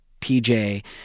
PJ